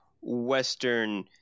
Western